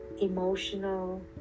emotional